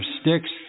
sticks